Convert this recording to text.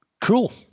Cool